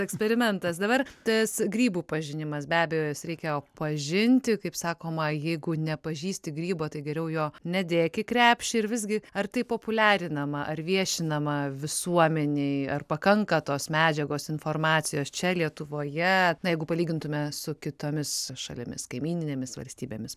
eksperimentas dabar tas grybų pažinimas be abejo juos reikia pažinti kaip sakoma jeigu nepažįsti grybo tai geriau jo nedėk į krepšį ir visgi ar tai populiarinama ar viešinama visuomenei ar pakanka tos medžiagos informacijos čia lietuvoje jeigu palygintume su kitomis šalimis kaimyninėmis valstybėmis